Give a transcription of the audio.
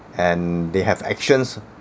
and they have actions